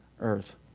earth